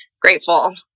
grateful